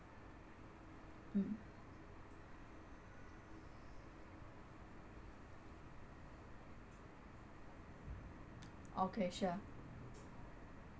mm okay sure